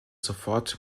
sofort